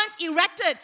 erected